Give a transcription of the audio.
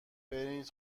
برین